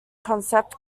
concept